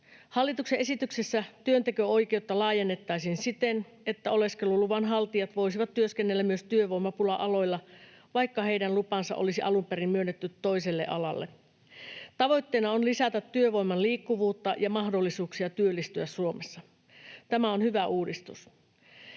Hallituksen esityksessä työnteko-oikeutta laajennettaisiin siten, että oleskeluluvan haltijat voisivat työskennellä myös työvoimapula-aloilla, vaikka heidän lupansa olisi alun perin myönnetty toiselle alalle. Tavoitteena on lisätä työvoiman liikkuvuutta ja mahdollisuuksia työllistyä Suomessa. Tämä on hyvä uudistus.